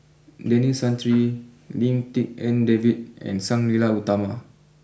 Denis Santry Lim Tik En David and Sang Nila Utama